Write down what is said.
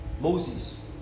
Moses